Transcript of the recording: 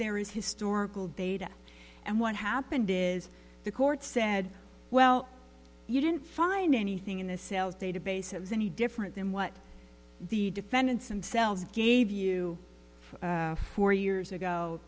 there is historical data and what happened is the court said well you didn't find anything in the sales database is any different than what the defendants and sells gave you four years ago